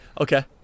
Okay